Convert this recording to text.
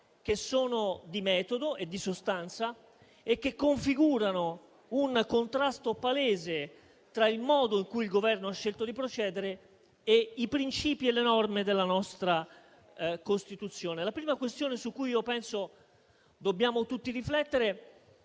questioni di metodo e di sostanza, che configurano un contrasto palese tra il modo in cui il Governo ha scelto di procedere e i principi e le norme della nostra Costituzione. La prima questione su cui dobbiamo tutti riflettere